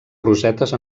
rosetes